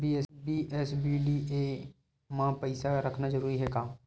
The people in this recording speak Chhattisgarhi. बी.एस.बी.डी.ए मा पईसा रखना जरूरी हे का?